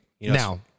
Now